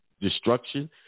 destruction